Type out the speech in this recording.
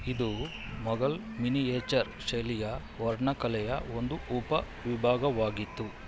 ಇದು ಮೊಘಲ್ ಮಿನಿಯೇಚರ್ ಶೈಲಿಯ ವರ್ಣಕಲೆಯ ಒಂದು ಉಪವಿಭಾಗವಾಗಿತ್ತು